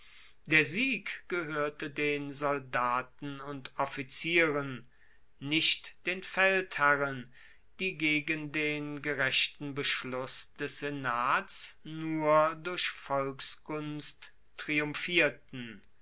der sieg gehoerte den soldaten und offizieren nicht den feldherren die gegen den gerechten beschluss des senats nur durch volksgunst triumphierten